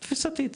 תפיסתית,